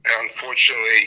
unfortunately